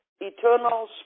eternal